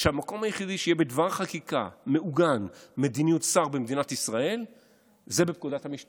שהמקום היחידי שבו מדיניות שר במדינת ישראל תהיה מעוגנת